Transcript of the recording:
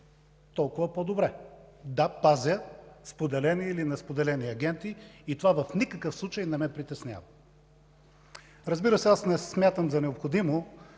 толкова по-добре. Да, пазя споделени или несподелени агенти и това в никакъв случай не ме притеснява. Разбира се, аз не смятам за необходимо